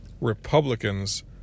Republicans